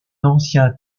ancien